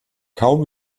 kaum